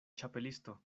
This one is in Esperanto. ĉapelisto